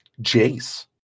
Jace